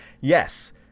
Yes